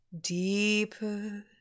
deeper